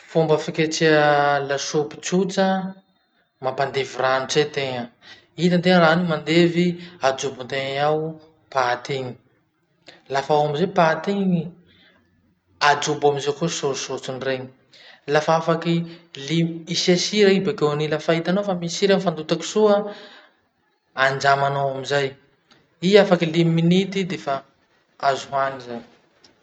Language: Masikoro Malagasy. Fomba fiketreha lasopy tsotra, mampandevy rano tse tegna. Hitategna rano iny mandevy, ajobotegna ao paty iny, lafa ao amizay paty iny ajobo amizay koa sôsy sôsiny regny. Lafa afaky, limy, isia sira i bakeony. Lafa hitano fa misy sira mifandotaky soa, andramanao amizay. I afaky limy minity defa azo hany zay.